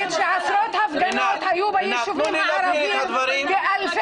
שקיימת שעשרות הפגנות היו ביישובים הערבים ועל זה